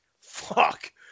fuck